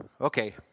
okay